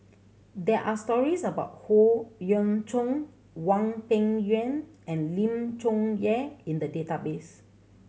there are stories about Howe Yoon Chong Hwang Peng Yuan and Lim Chong Yah in the database